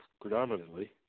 predominantly